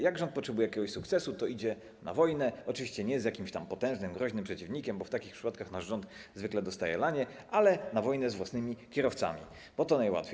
Jak rząd potrzebuje jakiegoś sukcesu, to idzie na wojnę, oczywiście nie z jakimś tam potężnym, groźnym przeciwnikiem, bo w takich przypadkach nasz rząd zwykle dostaje lanie, ale na wojnę z własnymi kierowcami, bo to najłatwiej.